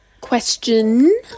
question